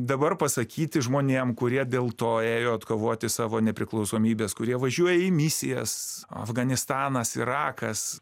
dabar pasakyti žmonėm kurie dėl to ėjo atkovoti savo nepriklausomybės kurie važiuoja į misijas afganistanas irakas